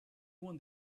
one